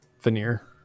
veneer